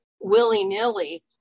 willy-nilly